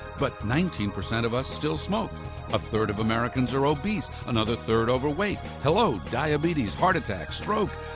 but nineteen percent of us still smoke a third of americans are obese another third overweight hello, diabetes, heart attack, stroke,